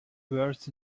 words